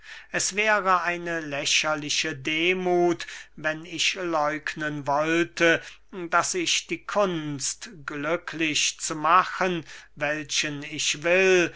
es wäre eine lächerliche demuth wenn ich läugnen wollte daß ich die kunst glücklich zu machen welchen ich will